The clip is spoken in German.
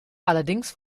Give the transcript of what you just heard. allerdings